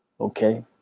Okay